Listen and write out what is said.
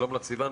שלום לך, סיון.